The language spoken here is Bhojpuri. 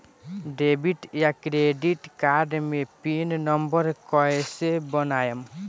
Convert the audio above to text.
डेबिट या क्रेडिट कार्ड मे पिन नंबर कैसे बनाएम?